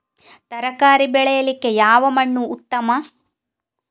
ತರಕಾರಿ ಬೆಳೆಯಲಿಕ್ಕೆ ಯಾವ ಮಣ್ಣು ಉತ್ತಮ?